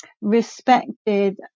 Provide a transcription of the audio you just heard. Respected